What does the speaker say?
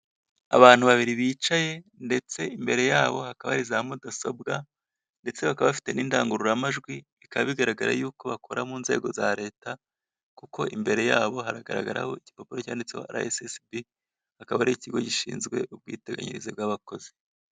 Abantu babiri bicaye ndetse imbere yabo hakaba hari za mudasobwa ndetse bakaba bafite n'indangururamajwi, bikaba bigaragara y'uko bakora mu nzego za leta kuko imbere yabo hari igipapuro cyanditseho RSSB, akaba ari ikigo gishinzwe ubwiteganyirize bw'abakozi.